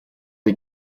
die